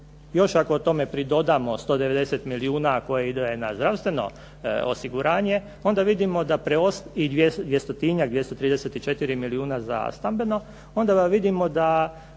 Još ako tome pridodamo 190 milijuna koje ide na zdravstveno osiguranje, onda vidimo da i dvjestotinjak, 234 milijuna za stambeno, onda vidimo da